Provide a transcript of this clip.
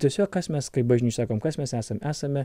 tiesiog kas mes kaip bažnyčia sakom kas mes esam esame